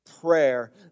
prayer